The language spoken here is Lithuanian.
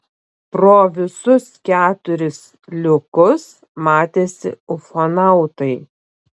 pro visus keturis liukus matėsi ufonautai